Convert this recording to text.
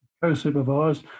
co-supervised